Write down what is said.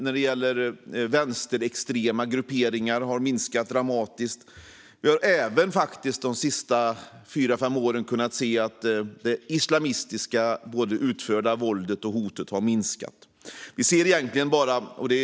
När det gäller vänsterextrema grupperingar har det också minskat dramatiskt. Även beträffande islamism har vi faktiskt kunnat se att både det utförda våldet och hotet som sådant minskat de senaste fyra fem åren.